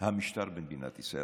המשטר במדינת ישראל.